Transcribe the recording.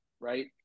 Right